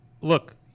look –